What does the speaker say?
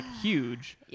huge